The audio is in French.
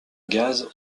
gaz